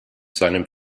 seinem